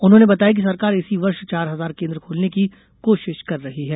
उन्होंने बताया कि सरकार इसी वर्ष चार हजार केन्द्र खोलने की कोशिश कर रही है